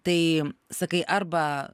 tai sakai arba